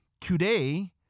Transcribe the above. today